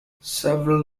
several